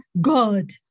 God